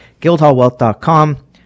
guildhallwealth.com